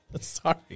Sorry